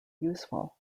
useful